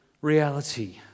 reality